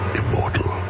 immortal